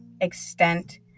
extent